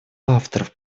авторов